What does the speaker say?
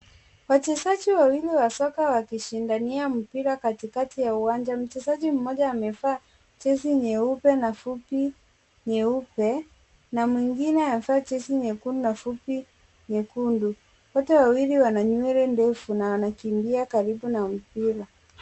Wachezaji wawili wa soka wakishindania mpira katikati ya uwanja. Mchezaji mmoja amevaa jezi nyeupe na fupi nyeupe na mwingine amevaa jezi nyekundu na fupi nyekundu, wote wawili wana nywele ndefu na wanakimbia karibu na mpira.